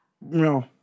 No